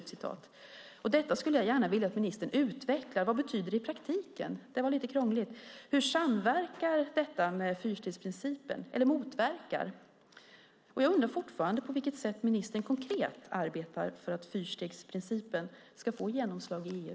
Detta skulle jag gärna vilja att ministern utvecklar. Vad betyder det i praktiken? Det var lite krångligt! Hur samverkar detta med fyrstegsprincipen eller motverkar den? Och jag undrar fortfarande på vilket sätt ministern arbetar konkret för att fyrstegsprincipen ska få genomslag i EU.